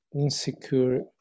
insecure